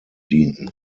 dienten